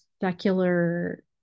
secular